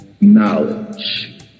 knowledge